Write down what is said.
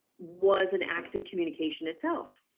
was an act of communication itself.